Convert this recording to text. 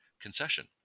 concession